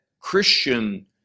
Christian